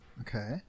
Okay